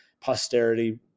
posterity